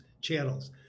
channels